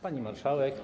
Pani Marszałek!